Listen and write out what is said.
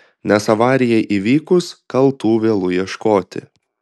nes avarijai įvykus kaltų vėlu ieškoti